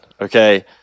okay